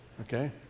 Okay